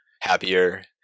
happier